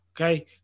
Okay